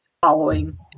following